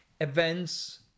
events